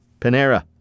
Panera